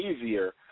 easier